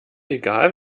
egal